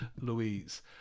Louise